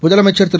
முதலமைச்சர்திரு